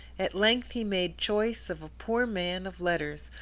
at length he made choice of a poor man of letters,